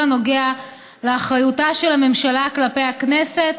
הנוגע לאחריותה של הממשלה כלפי הכנסת